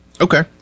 Okay